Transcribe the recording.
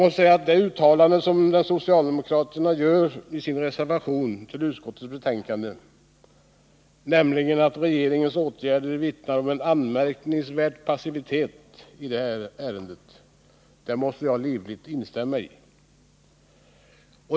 Det uttalande som socialdemokraterna gör i sin reservation vid utskottets betänkande, nämligen att regeringens åtgärder vittnar om en anmärknings 195 värd passivitet i detta ärende, måste jag livligt instämma i.